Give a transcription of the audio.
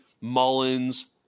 Mullins